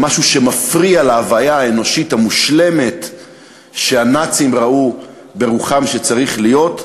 למשהו שמפריע להוויה האנושית המושלמת שהנאצים ראו ברוחם שצריכה להיות,